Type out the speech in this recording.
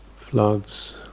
floods